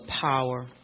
power